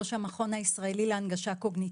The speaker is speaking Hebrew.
ראש המכון הישראלי להנגשה קוגניטיבית.